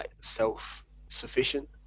self-sufficient